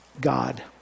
God